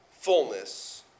fullness